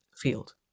field